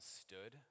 stood